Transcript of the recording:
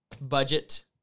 budget